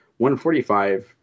145